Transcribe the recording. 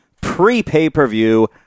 pre-pay-per-view